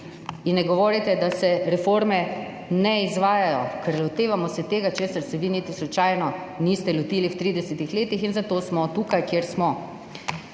in ne govorite, da se reforme ne izvajajo, ker se lotevamo tega, česar se vi niti slučajno niste lotili v 30 letih, in zato smo tukaj, kjer smo.